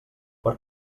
per